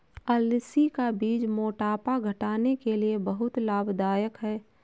अलसी का बीज मोटापा घटाने के लिए बहुत लाभदायक है